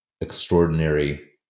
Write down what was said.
extraordinary